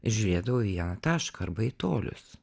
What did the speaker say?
žiūrėdavau į vieną tašką arba į tolius